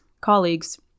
colleagues